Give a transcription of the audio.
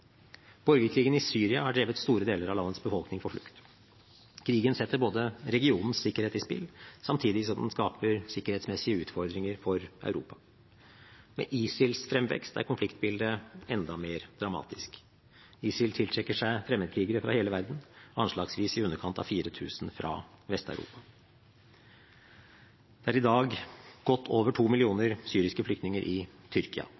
Borgerkrigen i Syria har drevet store deler av landets befolkning på flukt. Krigen setter regionens sikkerhet i spill samtidig som den skaper sikkerhetsmessige utfordringer for Europa. Med ISILs fremvekst er konfliktbildet enda mer dramatisk. ISIL tiltrekker seg fremmedkrigere fra hele verden – anslagsvis i underkant av 4 000 fra Vest-Europa. Det er i dag godt over to millioner syriske flyktninger i Tyrkia.